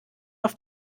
auf